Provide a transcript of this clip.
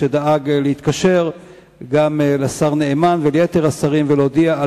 שדאג להתקשר גם לשר נאמן וליתר השרים ולהודיע על